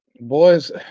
Boys